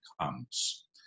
comes